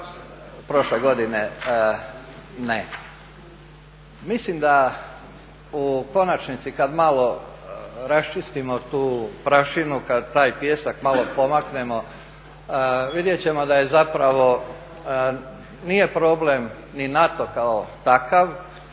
Prošle godine ne. Misli da u konačnici kada malo raščistimo tu prašinu, kada taj pijesak malo pomaknemo, vidjeti ćemo da zapravo nije problem ni NATO kao takav,